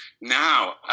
Now